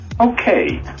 Okay